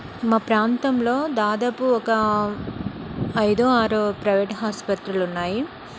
మా ప్రాంతంలో దాదాపు ఒక ఐదో ఆరో ప్రైవేట్ హాసుపత్రులున్నాయి